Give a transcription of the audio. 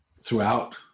throughout